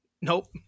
Nope